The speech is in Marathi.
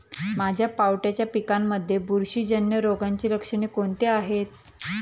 माझ्या पावट्याच्या पिकांमध्ये बुरशीजन्य रोगाची लक्षणे कोणती आहेत?